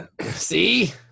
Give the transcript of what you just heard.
See